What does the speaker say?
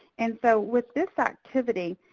and so, with this activity,